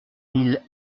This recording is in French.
mille